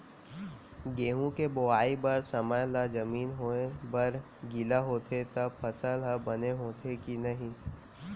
गेहूँ के बोआई बर समय ला जमीन होये बर गिला होथे त फसल ह बने होथे की नही?